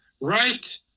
right